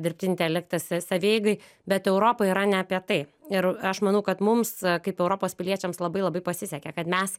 dirbtin intelektą sa savieigai bet europa yra ne apie tai ir aš manau kad mums kaip europos piliečiams labai labai pasisekė kad mes